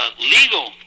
legal